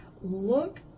look